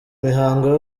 mihango